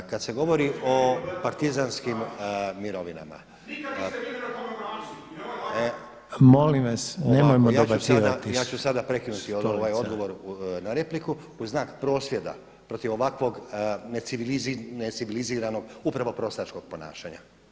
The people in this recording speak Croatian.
Kada se govori o partizanskim mirovinama … [[Upadica se ne razumije.]] [[Upadica Reiner: Molim vas nemojmo dobacivati.]] ja ću sada prekinuti ovaj odgovor na repliku u znak prosvjeda protiv ovakvog neciviliziranog upravo prostačkog ponašanja.